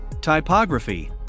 Typography